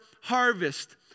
harvest